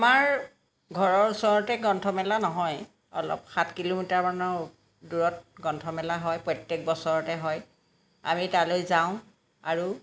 আমাৰ ঘৰৰ ওচৰতে গ্ৰন্থমেলা নহয় অলপ সাত কিলোমিটাৰ মানৰ দূৰত গ্ৰন্থমেলা হয় প্ৰত্যেক বছৰতে হয় আমি তালৈ যাওঁ আৰু